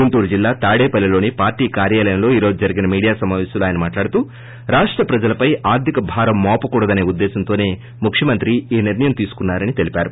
గుంటూర్ జిల్లా తాడేపల్లిలోని పార్ట్ కార్యాలయంలో ఈ రోజు జరిగిన మీడియా సమాపేశంలో ఆయన మాట్లాడుతూ రాష్ట ప్రజలపై ఆర్థిక భారం మోపకూడదనే ఉద్దేశంతోనే ముఖ్యమంత్రి ఈ నిర్లయం ొతీసుకున్నా రని తెలిపారు